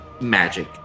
magic